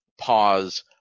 pause